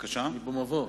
אני במבוא.